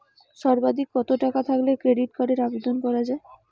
সর্বাধিক কত টাকা থাকলে ক্রেডিট কার্ডের আবেদন করা য়ায়?